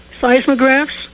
seismographs